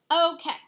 Okay